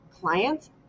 clients